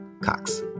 cox